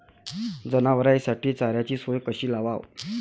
जनावराइसाठी चाऱ्याची सोय कशी लावाव?